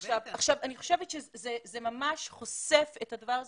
אני חושבת שזה ממש חושף את הדבר הזה.